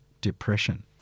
depression